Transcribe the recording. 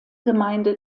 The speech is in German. gemeinde